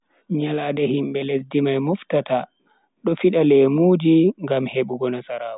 Nyalande himbe lesdi mai moftata do fida lemuji ngam hebugo nasaraaku.